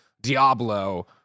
Diablo